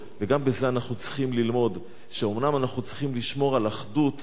וגם בזה אנחנו צריכים ללמוד שאומנם אנחנו צריכים לשמור על אחדות,